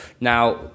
Now